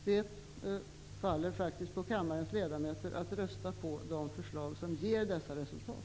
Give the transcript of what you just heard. Det ankommer faktiskt på kammarens ledamöter att rösta på de förslag som ger dessa resultat.